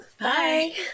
Bye